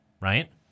right